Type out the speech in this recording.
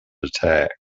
attack